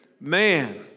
Man